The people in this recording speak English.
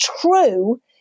true